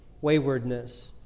waywardness